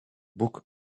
book